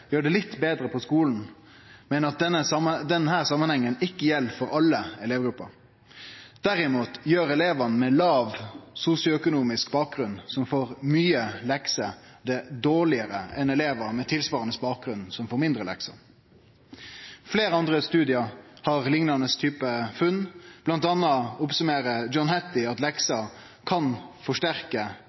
gjer det litt betre på skulen, men at denne samanhengen ikkje gjeld for alle elevgrupper. Derimot gjer elevar med låg sosioøkonomisk bakgrunn som får mykje lekser, det dårlegare enn elevar med tilsvarande bakgrunn som får mindre lekser. Fleire andre studiar har liknande typar funn. Blant anna summerer John Hattie opp at lekser kan forsterke